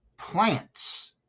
plants